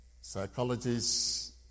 Psychologists